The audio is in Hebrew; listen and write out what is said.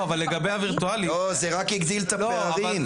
לא, זה רק הגדיל את הפערים.